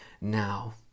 now